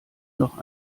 noch